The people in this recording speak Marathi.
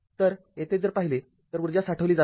तर येथे जर पाहिले तर ऊर्जा साठवली जात आहे